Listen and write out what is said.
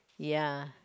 ya